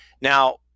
now